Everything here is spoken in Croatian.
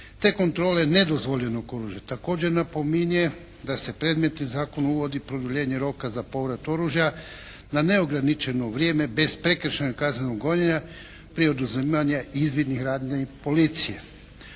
te kontrole nedozvoljenog oružja. Također napominje da se predmetni zakon uvodi produljenje roka za povrat oružja na neograničeno vrijeme bez prekršajnog kaznenog gonjenja pri oduzimanje … /Govornik se ne razumije./